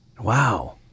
Wow